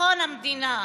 ובביטחון המדינה.